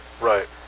right